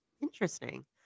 Interesting